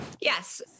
yes